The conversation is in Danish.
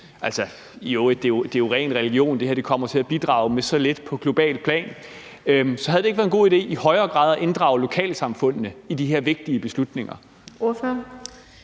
Altså, det er jo i øvrigt rent religion, for det her kommer til at bidrage med så lidt på globalt plan. Så havde det ikke være en god idé i højere grad at inddrage lokalsamfundene i de her vigtige beslutninger?